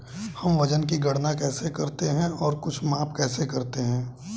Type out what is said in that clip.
हम वजन की गणना कैसे करते हैं और कुछ माप कैसे करते हैं?